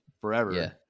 forever